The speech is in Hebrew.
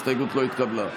ההסתייגות לא התקבלה.